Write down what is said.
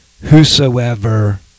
whosoever